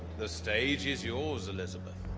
the stage is yours elizabeth